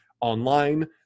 online